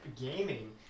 gaming